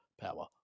power